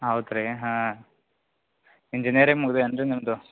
ಹೌದ್ ರೀ ಹಾಂ ಇಂಜಿನೀಯರಿಂಗ್ ಮುಗಿದ ಏನು ರೀ ನಿಮ್ಮದು